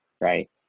right